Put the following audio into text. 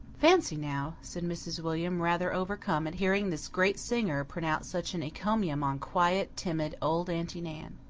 fancy now, said mrs. william, rather overcome at hearing this great singer pronounce such an encomium on quiet, timid old aunty nan.